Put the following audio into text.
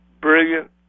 brilliant